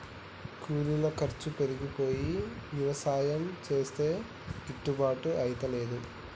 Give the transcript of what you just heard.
కూలీల ఖర్చు పెరిగిపోయి యవసాయం చేస్తే గిట్టుబాటు అయితలేదు